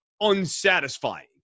unsatisfying